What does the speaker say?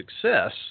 success